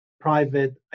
private